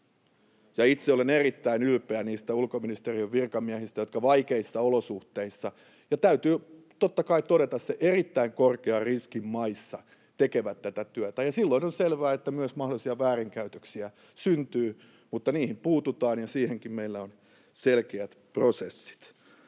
Itse olen erittäin ylpeä niistä ulkoministeriön virkamiehistä, jotka vaikeissa olosuhteissa ja — täytyy totta kai todeta — erittäin korkean riskin maissa tekevät tätä työtä, ja silloin on selvää, että myös mahdollisia väärinkäytöksiä syntyy, mutta niihin puututaan, ja siihenkin meillä on selkeät prosessit.